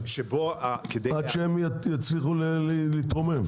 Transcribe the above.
עד שהם יצליחו להתרומם.